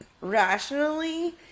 rationally